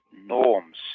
norms